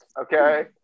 Okay